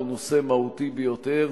הוא נושא מהותי ביותר.